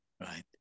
right